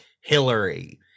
Hillary